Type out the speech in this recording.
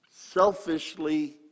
selfishly